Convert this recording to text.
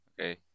okay